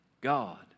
God